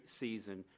season